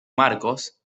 marcos